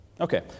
Okay